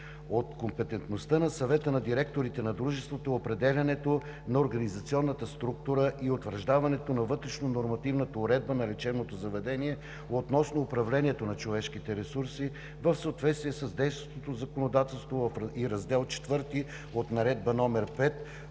От компетентността на Съвета на директорите на дружеството е определянето на организационната структура и утвърждаването на вътрешнонормативната уредба на лечебното заведение относно управлението на човешките ресурси в съответствие с действащото законодателство и Раздел IV от Наредба № 5